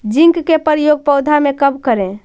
Zinc के प्रयोग पौधा मे कब करे?